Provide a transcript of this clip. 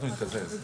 מי בעד הסתייגות 9?